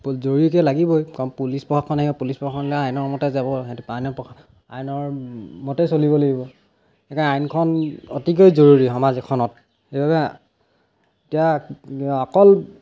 জৰুৰীকৈ লাগিবই কাৰণ পুলিচ প্ৰশাসন আহিলে পুলিচ প্ৰশাসন আহিলে আইনৰ মতে যাব আইনৰ মতেই চলিব লাগিব গতিকে আইনখন অতিকৈ জৰুৰী সমাজ এখনত সেইবাবে এতিয়া অকল